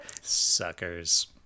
suckers